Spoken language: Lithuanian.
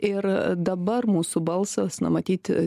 ir dabar mūsų balsas na matyt